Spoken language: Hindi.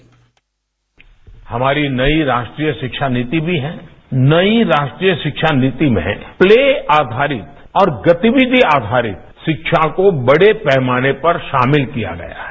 बाइट हमारी नई राष्ट्रीय शिक्षा नीति भी है नई राष्ट्रीय शिक्षा नीति में है प्ले आधारित और गतिविधि आधारित शिक्षा को बड़े पैमाने पर शामिल किया गया है